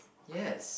yes